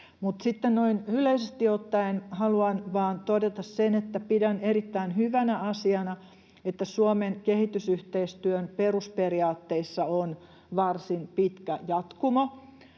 yleisesti ottaen haluan vain todeta sen, että pidän erittäin hyvänä asiana, että Suomen kehitysyhteistyön perusperiaatteissa on varsin pitkä jatkumo.